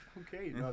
Okay